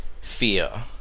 Fear